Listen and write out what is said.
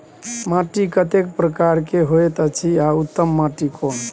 माटी कतेक प्रकार के होयत अछि आ उत्तम माटी कोन?